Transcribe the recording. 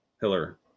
Hiller